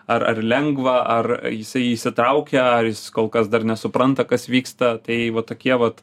ar ar lengva ar jisai įsitraukia ar jis kol kas dar nesupranta kas vyksta tai vat tokie vat